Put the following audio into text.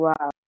Wow